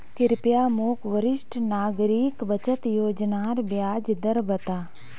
कृप्या मोक वरिष्ठ नागरिक बचत योज्नार ब्याज दर बता